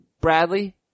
Bradley